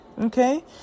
okay